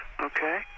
Okay